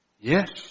Yes